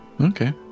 Okay